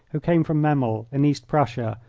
who came from memel, in east prussia,